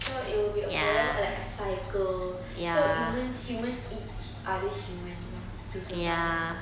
so it be forever like a cycle so humans humans eat other humans lah to survive